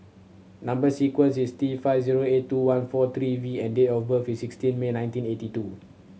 number sequence is T five zero eight two one four three V and date of birth is sixteen May nineteen eighty two